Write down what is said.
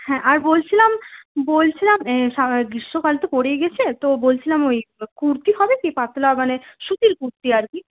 হ্যাঁ আর বলছিলাম বলছিলাম গ্রীষ্মকাল তো পরেই গিয়েছে তো বলছিলাম ওই কুর্তি হবে কি পাতলা মানে সুতির কুর্তি আর কি